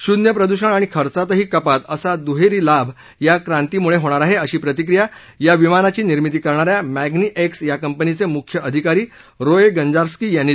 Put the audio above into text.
शून्य प्रदूषण आणि खर्चातही कपात असा दुहेरी लाभ या क्रांतीमुळे होणार आहे अशी प्रतिक्रिया या विमानाची निर्मिती करणाऱ्या मॅग्नी एक्स या कंपनीचे मुख्य अधिकारी रोए गंजास्की यांनी दिली